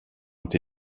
ont